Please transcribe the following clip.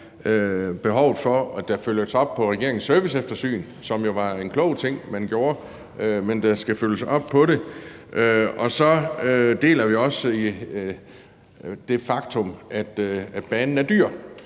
behovet for, at der følges op på regeringens serviceeftersyn, som jo var en klog ting, man gjorde, men der skal følges op på det. Så deler vi også det faktum, at banen er dyr,